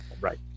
Right